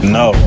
no